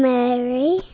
Mary